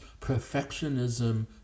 perfectionism